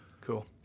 Cool